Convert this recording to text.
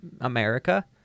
America